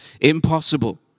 impossible